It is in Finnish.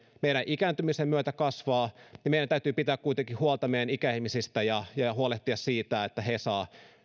meidän ikääntymisen myötä kasvavat ja meidän täytyy pitää kuitenkin huolta meidän ikäihmisistä ja ja huolehtia siitä että he saavat